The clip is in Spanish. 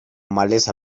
maleza